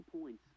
points